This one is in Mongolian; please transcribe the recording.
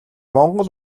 монгол